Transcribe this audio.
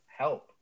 Help